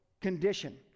condition